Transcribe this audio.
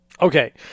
Okay